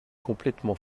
complètement